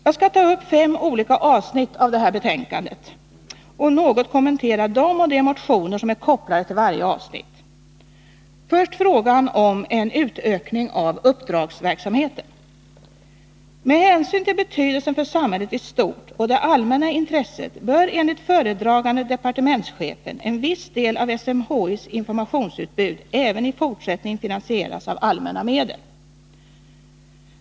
Jag skall ta upp fem olika avsnitt av det här betänkandet och något kommentera dem och de motioner som är kopplade till varje avsnitt. Jag vill börja med frågan om en utökning av uppdragsverksamheten. Med hänsyn till betydelsen för samhället i stort och det allmänna intresset bör enligt föredragande departementschefen en viss del av SMHI:s informationsutbud även i fortsättningen finansieras av allmänna medel.